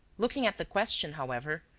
looking at the question, however,